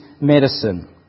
medicine